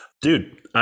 Dude